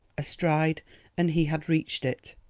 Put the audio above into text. a stride and he had reached it.